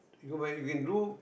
you can you can do